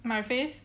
my face